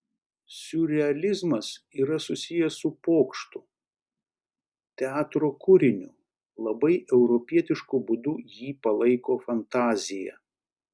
siurrealizmas yra susijęs su pokštu teatro kūriniu labai europietišku būdu jį palaiko fantazija